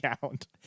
count